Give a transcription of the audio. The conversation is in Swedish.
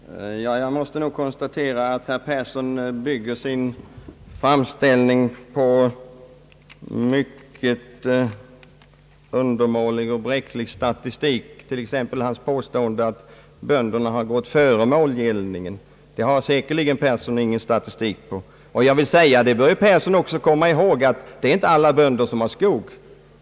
Herr talman! Jag måste konstatera, att herr Persson bygger sin framställning på mycket undermålig och bräcklig statistik, Han påstår t.ex. att bönderna har gått före med oljeeldning, men det har han säkerligen ingen statistik på. Herr Persson måste också komma ihåg, att inte alla bönder har skog.